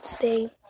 today